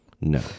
no